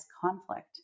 conflict